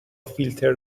فیلتر